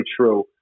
true